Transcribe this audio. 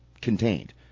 contained